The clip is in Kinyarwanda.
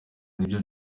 nibyo